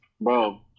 Bro